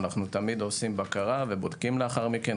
תמיד עושים בקרה ובודקים לאחר מכן,